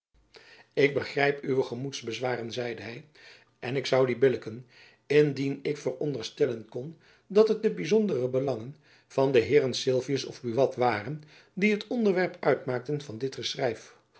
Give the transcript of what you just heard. ik begrijp uwe gemoedsbezwaren zeide hy en ik zoû die billijken indien ik veronderstellen kon dat het de byzondere belangen van de heeren sylvius of buat waren die het onderwerp uitmaakten van dit